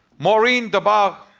maureen dabbagh,